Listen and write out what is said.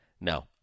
No